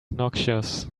noxious